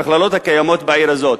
במכללות הקיימות בעיר הזו,